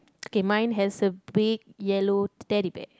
okay mine has a big yellow Teddy Bear